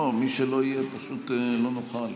לא, מי שלא יהיה, פשוט לא נוכל.